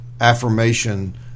affirmation